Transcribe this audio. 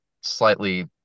slightly